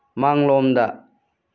ꯃꯥꯡꯂꯣꯝꯗ